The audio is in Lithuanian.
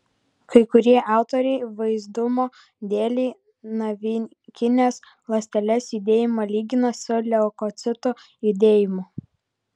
kai kurie autoriai vaizdumo dėlei navikinės ląstelės judėjimą lygina su leukocitų judėjimu